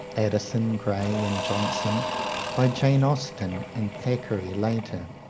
addison, gray, and johnson by jane austen and thackeray, later.